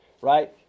right